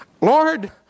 Lord